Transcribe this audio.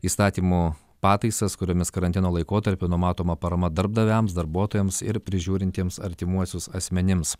įstatymų pataisas kuriomis karantino laikotarpiu numatoma parama darbdaviams darbuotojams ir prižiūrintiems artimuosius asmenims